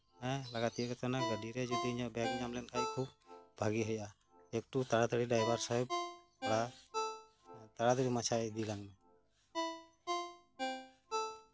ᱦᱮᱸ ᱞᱟᱜᱟ ᱛᱤᱭᱳᱜ ᱠᱟᱛᱮᱜ ᱡᱚᱫᱤ ᱤᱧᱟᱹᱜ ᱵᱮᱜ ᱧᱟᱢ ᱞᱮᱱᱠᱷᱟᱡ ᱠᱷᱩᱵ ᱵᱷᱟᱹᱜᱤ ᱦᱩᱭᱩᱜᱼᱟ ᱠᱷᱩᱵ ᱛᱟᱲᱟᱛᱟᱲᱤ ᱰᱨᱟᱭᱵᱷᱟᱨ ᱥᱟᱦᱮᱵ ᱛᱷᱚᱲᱟ ᱛᱟᱲᱟ ᱛᱟᱲᱤ ᱢᱟᱪᱷᱟ ᱤᱫᱤ ᱞᱮᱢ